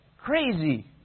crazy